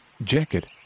Jacket